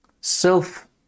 self